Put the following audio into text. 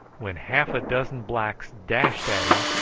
when half a dozen blacks dashed at him,